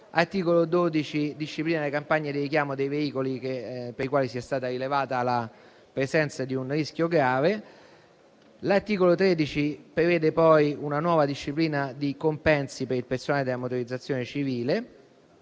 L'articolo 12 disciplina le campagne di richiamo dei veicoli per i quali sia stata rilevata la presenza di un rischio grave. L'articolo 13 prevede una nuova disciplina dei compensi per il personale della motorizzazione civile.